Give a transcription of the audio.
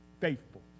faithful